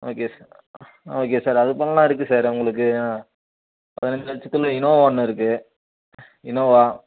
okay sir okay sir அதுபோலலாம் இருக்குது sir உங்களுக்கு பதினைஞ்சு லட்சத்தில் இனோவா ஒன்று இருக்குது இனோவா